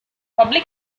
public